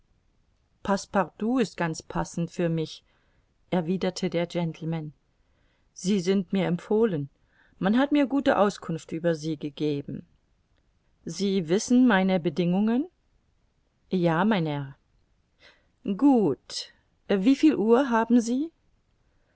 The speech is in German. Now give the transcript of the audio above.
ist ganz passend für mich erwiderte der gentleman sie sind mir empfohlen man hat mir gute auskunft über sie gegeben sie wissen meine bedingungen ja mein herr gut wieviel uhr haben sie